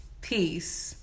Peace